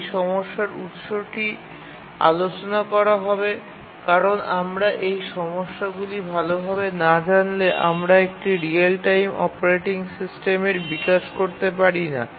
এই সমস্যার উত্সটি আলোচনা করা হবে কারণ আমরা এই সমস্যাগুলি ভালভাবে না জানলে আমরা একটি রিয়েল টাইম অপারেটিং সিস্টেমের বিকাশ করতে পারি না